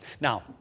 Now